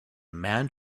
man